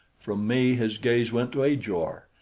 from me his gaze went to ajor.